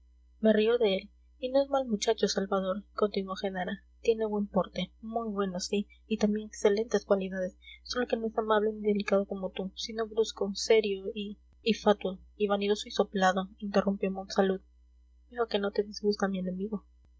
me río de él y no es mal muchacho salvador continuó genara tiene buen porte muy bueno sí y también excelentes cualidades sólo que no es amable ni delicado como tú sino brusco serio y y fatuo y vanidoso y soplado interrumpió monsalud veo que no te disgusta mi enemigo